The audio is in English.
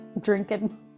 drinking